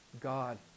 God